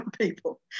people